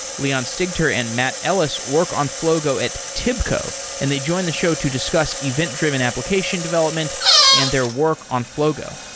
leon stigter and matt ellis work on flogo at tibco, and they joined the show to to so event-driven application development and their work on flogo.